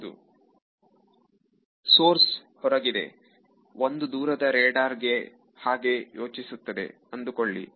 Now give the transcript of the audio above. ವಿದ್ಯಾರ್ಥಿ ಹೌದು ಸೋರ್ಸ್ ಹೊರಗಿದೆಒಂದು ದೂರದ ರಾಡಾರ್ ಹಾಗೆ ಯೋಚಿಸುತ್ತದೆ ಅಂದುಕೊಳ್ಳಿ